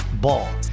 Ball